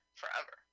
forever